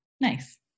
nice